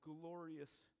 glorious